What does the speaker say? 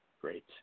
Great